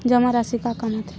जमा राशि का काम आथे?